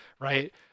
Right